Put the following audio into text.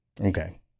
Okay